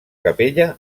capella